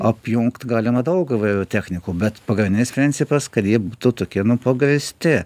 apjungt galima daug įvairių technikų bet pagrindinis principas kad jie būtų tokie nu pagrįsti